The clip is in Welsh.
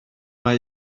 mae